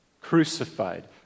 crucified